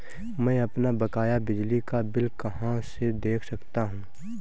मैं अपना बकाया बिजली का बिल कहाँ से देख सकता हूँ?